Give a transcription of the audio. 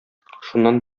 шуннан